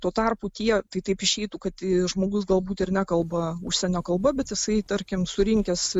tuo tarpu tie tai taip išeitų kad žmogus galbūt ir nekalba užsienio kalba bet jisai tarkim surinkęs